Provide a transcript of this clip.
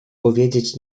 powiedzieć